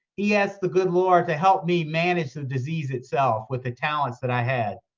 he asked the good lord to help me manage the disease itself with the talents that i had.